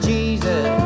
Jesus